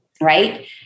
right